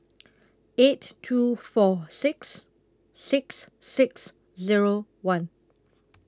eight two four six six six Zero one